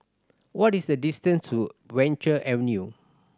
what is the distance to Venture Avenue